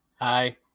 hi